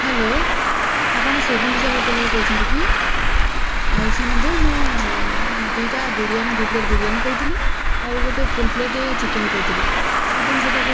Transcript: hello ଆପଣ ଶ୍ରୀଗୁଣ୍ଡିଚା ହୋଟେଲରୁ କହୁଛନ୍ତି କି ଆଉ ଶୁଣନ୍ତୁ ମୁଁ ଦୁଇଟା ବିରିୟାନୀ ଦୁଇ ପ୍ଲେଟ୍ ବିରିୟାନୀ କହିଥିଲି ଆଉ ଗୋଟେ ଫୁଲ୍ ପ୍ଲେଟ୍ ଚିକେନ୍ କହିଥିଲି ଆପଣ ସେଇଟାକୁ